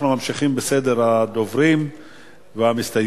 אנחנו ממשיכים בסדר הדוברים והמסתייגים.